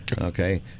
Okay